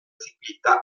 ciclista